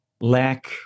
lack